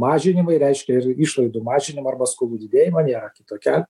mažinimai reiškia ir išlaidų mažinimą arba skolų didėjimą nėra kito kelio